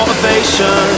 Motivation